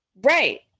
Right